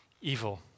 evil